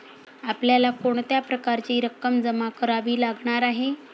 आपल्याला कोणत्या प्रकारची रक्कम जमा करावी लागणार आहे?